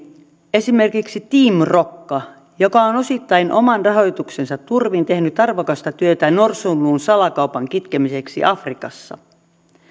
esimerkiksi team rokka joka on osittain oman rahoituksensa turvin tehnyt arvokasta työtä norsunluun salakaupan kitkemiseksi afrikassa